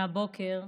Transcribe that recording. מהבוקר,